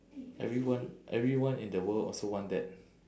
everyone everyone in the world also want that